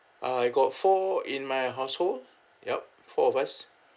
ah I got four in my household yup four of us